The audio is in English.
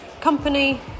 company